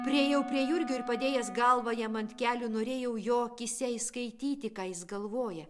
priėjau prie jurgio ir padėjęs galvą jam ant kelių norėjau jo akyse įskaityti ką jis galvoja